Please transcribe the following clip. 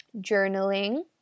Journaling